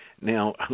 Now